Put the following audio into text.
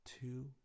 two